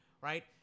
right